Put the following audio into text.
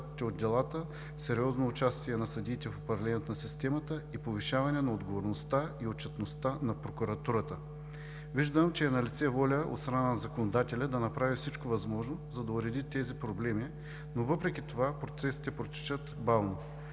Виждам, че е налице воля от страна на законодателя да направи всичко възможно, за да уреди тези проблеми, но въпреки това процесите протичат бавно.